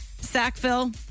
Sackville